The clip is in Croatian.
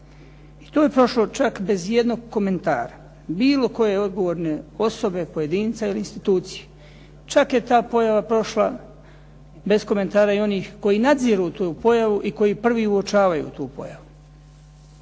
i to je prošlo čak bez ijednog komentara bilo koje odgovorne osobe, pojedinca ili institucije. Čak je ta pojava prošla bez komentara i onih koji nadziru tu pojavu i koji prvi uočavaju tu pojavu.